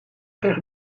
tegen